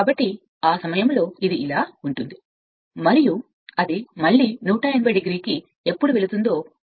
కాబట్టి ఆ సమయంలో ఇది ఇలా ఉంటుంది మరియు మళ్ళీ 180 o కి ఎప్పుడు వెళుతుందో అప్పుడు నేను దానిని శుభ్రం చేద్దాం